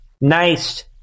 nice